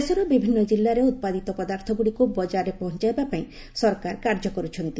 ଦେଶର ବିଭିନ୍ନ ଜିଲ୍ଲାରେ ଉତ୍ପାଦିତ ପଦାର୍ଥଗୁଡ଼ିକୁ ବଜାରରେ ପହଞ୍ଚାଇବା ପାଇଁ ସରକାର କାର୍ଯ୍ୟ କରୁଛନ୍ତି